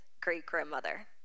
great-grandmother